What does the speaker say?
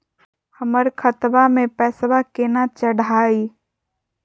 हमर खतवा मे पैसवा केना चढाई?